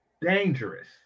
dangerous